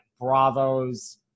Bravo's